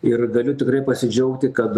ir galiu tikrai pasidžiaugti kad